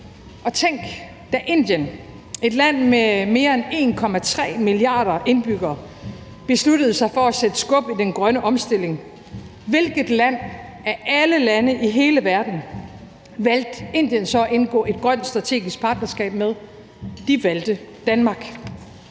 Og tænk, da Indien, et land med mere end 1,3 milliarder indbyggere, besluttede sig for at sætte skub i den grønne omstilling, hvilket land af alle lande i hele verden valgte Indien så at indgå et grønt strategisk partnerskab med? De valgte Danmark.